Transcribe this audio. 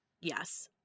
yes